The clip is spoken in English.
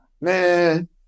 Man